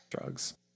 drugs